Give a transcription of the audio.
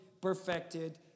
perfected